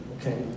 okay